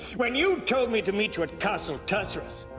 when you told me to meet you at castle tursurus,